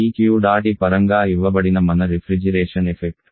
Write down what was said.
ఈ Q dot E పరంగా ఇవ్వబడిన మన రిఫ్రిజిరేషన్ ఎఫెక్ట్